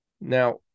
Now